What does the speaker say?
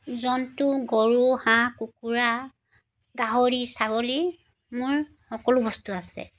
জন্তু গৰু হাঁহ কুকুৰা গাহৰি ছাগলী মোৰ সকলো বস্তু আছে